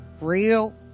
Real